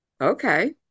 okay